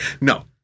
No